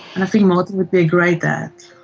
and i think martin would be a great dad.